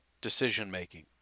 decision-making